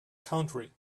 country